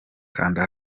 kanda